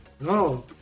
No